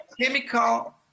chemical